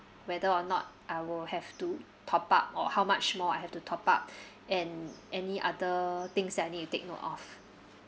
whether or not I will have to top up or how much more I have to top up and any other things that I need to take note of